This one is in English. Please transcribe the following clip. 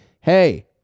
Hey